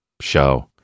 show